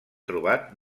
trobat